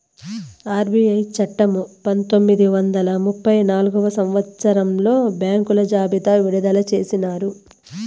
RBI చట్టము పంతొమ్మిది వందల ముప్పై నాల్గవ సంవచ్చరంలో బ్యాంకుల జాబితా విడుదల చేసినారు